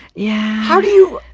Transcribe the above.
yeah. how do you,